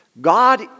God